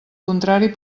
contrari